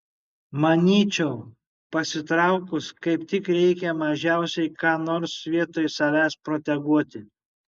manyčiau pasitraukus kaip tik reikia mažiausiai ką nors vietoj savęs proteguoti